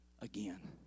again